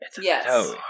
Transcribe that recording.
Yes